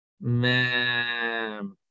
Man